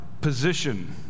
position